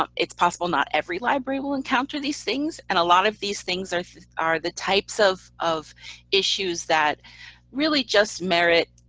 um it's possible not every library will encounter these things. and a lot of these things are are the types of of issues that really just merit,